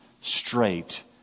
straight